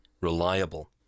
reliable